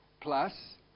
plus